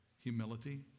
Humility